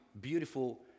beautiful